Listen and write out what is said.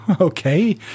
okay